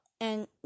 and-